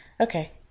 Okay